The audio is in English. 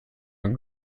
and